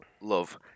love